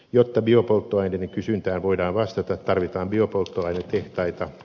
jotta biopolttoaineiden kysyntään voidaan vastata tarvitaan biopolttoainetehtaita